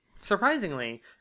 Surprisingly